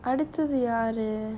அடுத்தது யாரு:aduthathu yaaru